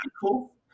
cool